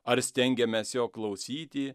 ar stengiamės jo klausyti